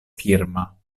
firma